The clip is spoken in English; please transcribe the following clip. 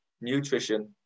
nutrition